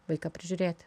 vaiką prižiūrėti